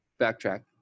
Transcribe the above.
Backtrack